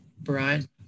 Brian